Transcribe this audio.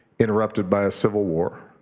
interrupted by a civil war,